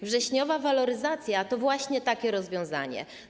Wrześniowa waloryzacja to właśnie takie rozwiązanie.